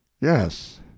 Yes